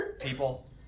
people